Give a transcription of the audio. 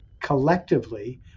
collectively